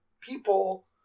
people